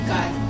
God